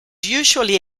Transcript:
usually